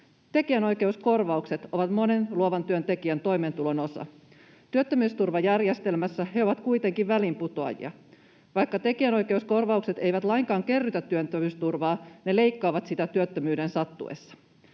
Tekijänoikeuskorvaukset ovat monen luovan työn tekijän toimeentulon osa. Työttömyysturvajärjestelmässä he ovat kuitenkin väliinputoajia. Vaikka tekijänoikeuskorvaukset eivät lainkaan kerrytä työttömyysturvaa, ne leikkaavat sitä työttömyyden sattuessa.